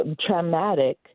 traumatic